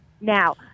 Now